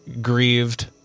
grieved